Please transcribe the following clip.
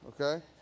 Okay